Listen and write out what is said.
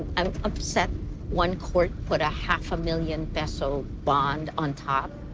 i'm upset one court put a half a million peso bond on top.